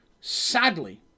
Sadly